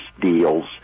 deals